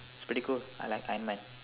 it's pretty cool I like Iron Man